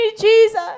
Jesus